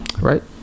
right